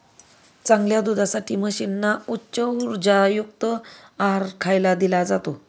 चांगल्या दुधासाठी म्हशींना उच्च उर्जायुक्त आहार खायला दिला जातो